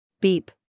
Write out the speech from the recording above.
Beep